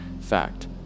fact